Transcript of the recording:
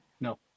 No